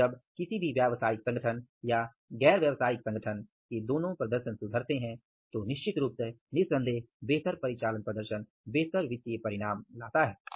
और जब किसी भी व्यावसायिक संगठन या गैर व्यावसायिक संगठन के दोनों प्रदर्शन सुधरते हैं तो निश्चित रूप से बेहतर परिचालन प्रदर्शन बेहतर वित्तीय परिणाम लाता है